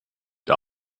der